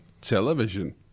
television